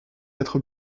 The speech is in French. être